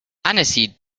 aniseed